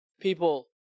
people